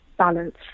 balance